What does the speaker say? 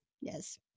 yes